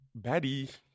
Baddie